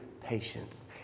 patience